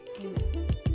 Amen